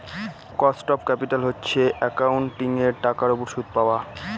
cost of capital হচ্ছে একাউন্টিঙের টাকার উপর সুদ পাওয়া